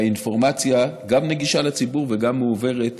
והאינפורמציה גם נגישה לציבור וגם מועברת